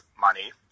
money